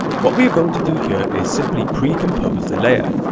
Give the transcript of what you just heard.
what we are going to do here is simply pre-compose the layer.